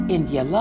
India